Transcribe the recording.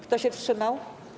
Kto się wstrzymał?